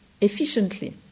efficiently